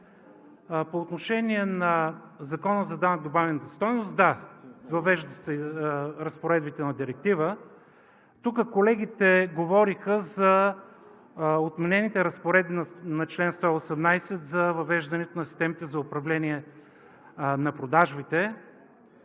По отношение на Закона за данък добавена стойност – да, въвеждат се разпоредбите на Директива. Тук колегите говориха за отменените разпоредби на чл. 118 за въвеждането на системите за управление на продажбите.